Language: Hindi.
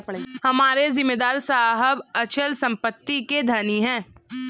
हमारे जमींदार साहब अचल संपत्ति के धनी हैं